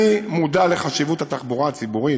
אני מודע לחשיבות התחבורה הציבורית